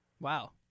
Wow